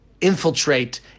infiltrate